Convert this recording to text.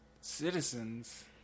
citizens